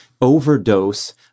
overdose